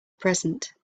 present